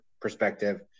perspective